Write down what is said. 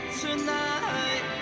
tonight